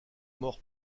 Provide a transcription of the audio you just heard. morts